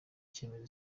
icyemezo